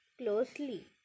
closely